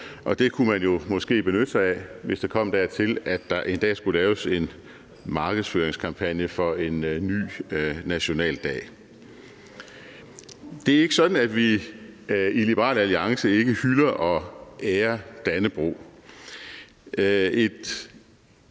det kunne man jo måske benytte sig af, hvis det kom dertil, at der en dag skulle laves en markedsføringskampagne for en ny nationaldag. Det er ikke sådan, at vi i Liberal Alliance ikke hylder og ærer Dannebrog.